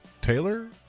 Taylor